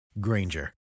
Granger